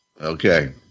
Okay